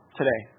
today